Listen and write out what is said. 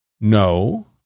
No